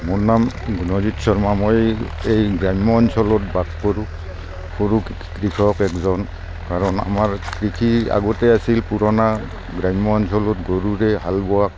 মোৰ নাম গুণজিত শৰ্মা মই এই গ্ৰাম্য অঞ্চলত বাস কৰো সৰু কৃ কৃষক এজন কাৰণ আমাৰ কৃষি আগতে আছিল পুৰণা গ্ৰাম্য অঞ্চলত গৰুৰে হাল বোৱা